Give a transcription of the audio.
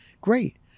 great